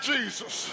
Jesus